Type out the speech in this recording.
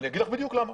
אני אומר לך בדיוק למה.